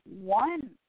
One